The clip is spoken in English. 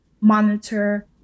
monitor